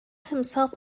himself